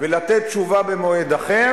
שהוא השר המקצועי הנוגע בדבר,